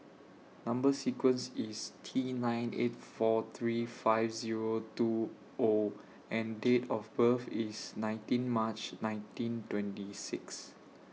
Number sequence IS T nine eight four three five Zero two O and Date of birth IS nineteen March nineteen twenty six